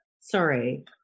Sorry